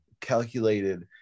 calculated